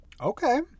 Okay